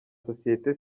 sosiyete